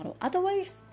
Otherwise